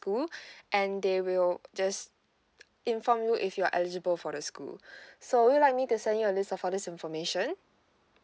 and they will just inform you if you are eligible for the school so would you like me to send you a list of all this information